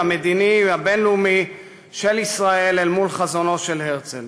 המדיני והבין-לאומי של ישראל אל מול חזונו של הרצל.